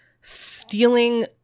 stealing